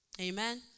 amen